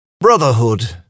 Brotherhood